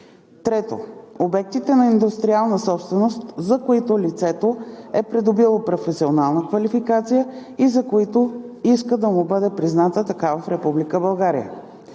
3. обектите на индустриална собственост, за които лицето е придобило професионална квалификация и за които иска да му бъде призната такава